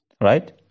Right